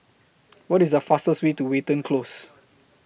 What IS The fastest Way to Watten Close